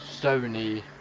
Sony